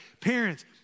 Parents